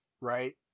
Right